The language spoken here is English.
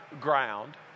ground